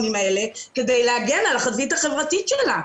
האלה כדי להגן על החזית החברתית שלה.